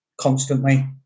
constantly